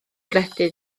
gredu